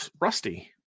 rusty